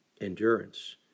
endurance